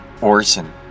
Orson